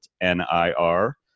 N-I-R